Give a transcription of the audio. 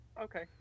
Okay